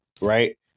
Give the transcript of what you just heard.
Right